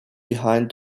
behind